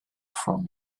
from